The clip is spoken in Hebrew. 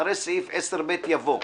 אחרי סעיף 10ב יבוא: